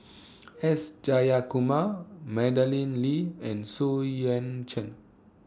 S Jayakumar Madeleine Lee and Xu Yuan Chen